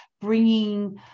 bringing